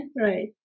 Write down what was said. Right